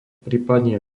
prípadne